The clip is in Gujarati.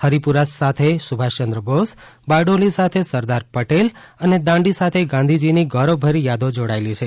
હરિપુરા સાથે સુભાષચંદ્ર બોઝ બારડોલી સાથે સરદાર પટેલ અને દાંડી સાથે ગાંધીજીની ગૌરવભરી યાદો જોડાયેલી છે